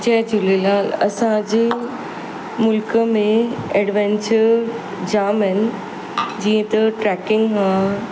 जय झूलेलाल असांजी मुल्क में एडवैंचर जाम आहिनि जीअं त ट्रैकिंग आहे